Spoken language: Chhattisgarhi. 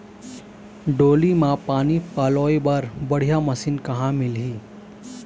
डोली म पानी पलोए बर बढ़िया मशीन कहां मिलही?